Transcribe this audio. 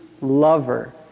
lover